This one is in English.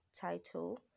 title